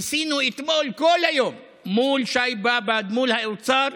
ניסינו אתמול כל היום מול שי באב"ד, מול האוצר,